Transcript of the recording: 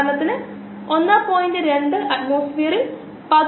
limiting substrate അത്തരമൊരു ആശയമാണ് ഇത്